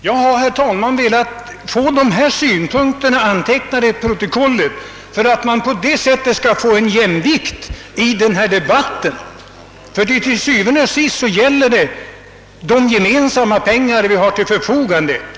Jag har, herr talman, velat få dessa synpunkter antecknade till protokollet för att man på det sättet skall få en jämvikt i denna debatt, ty til syvende og sidst gäller det fördelningen av de gemensamma pengar vi har till förfogande.